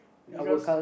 because